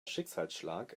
schicksalsschlag